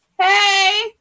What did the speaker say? Hey